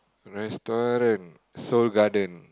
restaurant Seoul-Garden